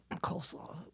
coleslaw